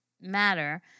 matter